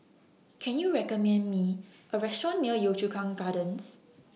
Can YOU recommend Me A Restaurant near Yio Chu Kang Gardens